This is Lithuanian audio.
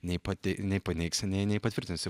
nei pati nei paneigsi nei nei patvirtinsi